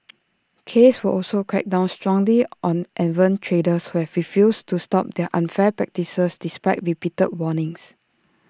case will also crack down strongly on errant traders who have refused to stop their unfair practices despite repeated warnings